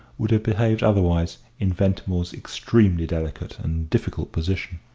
would have behaved otherwise in ventimore's extremely delicate and difficult position.